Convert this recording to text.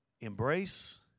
embrace